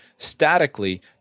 Statically